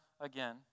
again